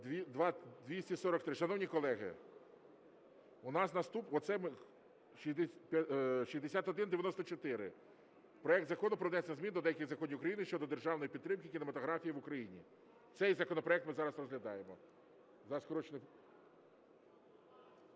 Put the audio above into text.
За-243 Шановні колеги, у нас… 6194: проект Закону про внесення змін до деяких законів України щодо державної підтримки кінематографії в Україні. Цей законопроект ми зараз розглядаємо